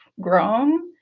grown